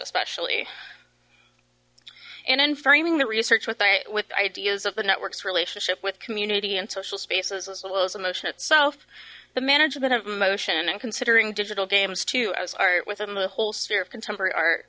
especially and in framing the research with i with ideas of the network's relationship with community and social spaces as well as emotion itself the management of emotion and considering digital games as art within the whole sphere of contemporary art